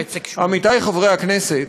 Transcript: עמיתי חברי הכנסת,